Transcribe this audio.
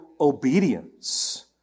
obedience